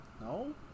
no